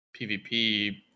PvP